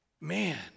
man